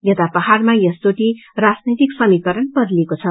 याता पाहाड़मा यसचोटि राजनैतिक समीकरण बदलिएको छ